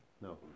No